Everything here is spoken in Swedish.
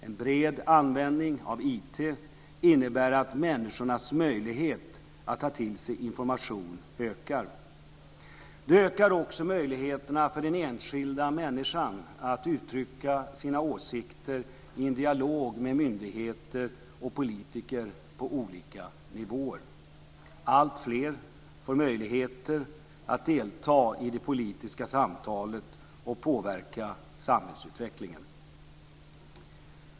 En bred användning av IT innebär att människornas möjlighet att ta till sig information ökar. Det ökar också möjligheterna för den enskilda människan att uttrycka sina åsikter i en dialog med myndigheter och politiker på olika nivåer. Alltfler får möjligheter att delta i det politiska samtalet och påverka samhällsutvecklingen.